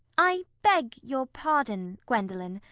i beg your pardon, gwendolen,